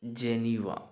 Geneva